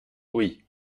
oui